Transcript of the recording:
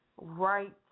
right